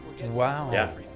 Wow